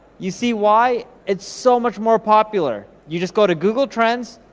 you see why, it's so much more popular. you just go to google trends,